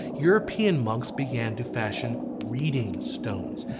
european monks began to fashion reading stones,